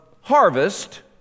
harvest